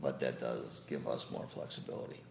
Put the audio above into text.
but that does give us more flexibility